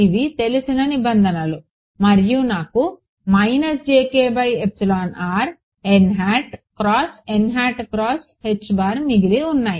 ఇవి తెలిసిన నిబంధనలు మరియు నాకు మిగిలి ఉన్నాయి